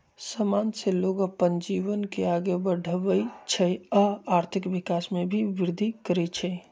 समान से लोग अप्पन जीवन के आगे बढ़वई छई आ आर्थिक विकास में भी विर्धि करई छई